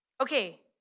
Okay